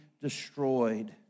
destroyed